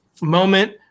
moment